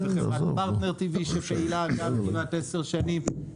חברת פרטנר T.V שגם פעילה כמעט 10 שנים.